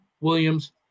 Williams